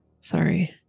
Sorry